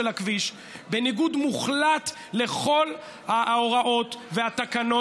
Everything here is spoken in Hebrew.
הכביש בניגוד מוחלט לכל ההוראות והתקנות,